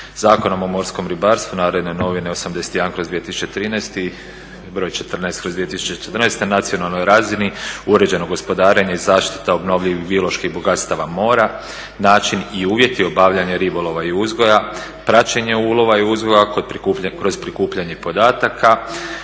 Zakonom o morskom ribarstvu NN 81/2013. i br. 14/2014. na nacionalnoj razini je uređeno gospodarenje, zaštita obnovljivih bioloških bogatstava mora, način i uvjeti obavljanja ribolova i uzgoja, praćenje ulova i uzgoja kroz prikupljanje podataka,